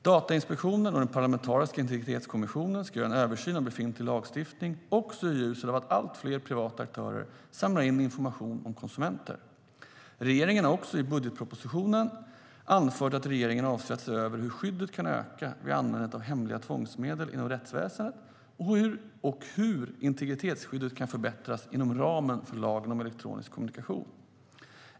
Datainspektionen och den parlamentariska integritetskommissionen ska göra en översyn av befintlig lagstiftning, också i ljuset av att allt fler privata aktörer samlar in information om konsumenter. Regeringen har också i budgetpropositionen anfört att regeringen avser att se över hur skyddet kan öka vid användandet av hemliga tvångsmedel inom rättsväsendet och hur integritetsskyddet kan förbättras inom ramen för lagen om elektronisk kommunikation.